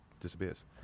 disappears